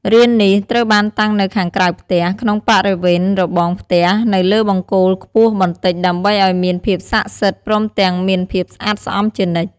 រាននេះត្រូវបានតាំងនៅខាងក្រៅផ្ទះ ក្នុងបរិវេណរបងផ្ទះនៅលើបង្គោលខ្ពស់បន្តិចដើម្បីឲ្យមានភាពស័ក្តិសិទ្ធិព្រមទាំងមានភាពស្អាតស្អំជានិច្ច។